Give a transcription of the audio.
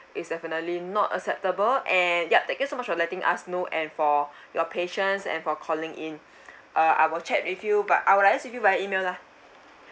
it's definitely not acceptable and yup thank you so much for letting us know and for your patience and for calling in uh I will chat with you but I will liaise with you via email lah